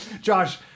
Josh